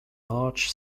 march